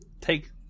take